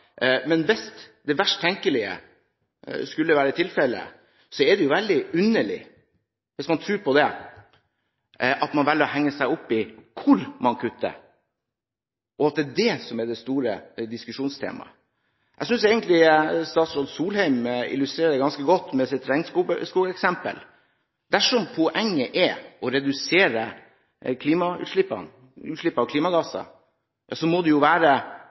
det gjelder adjektivbruken – er det jo veldig underlig, hvis man tror på det, at man velger å henge seg opp i hvor man kutter, og at det er det som er det store diskusjonstemaet. Jeg synes egentlig statsråd Solheim illustrerer det ganske godt med sitt regnskogeksempel. Dersom poenget er å redusere utslippet av klimagasser, må det jo være